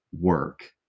work